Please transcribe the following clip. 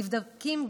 נבדקים,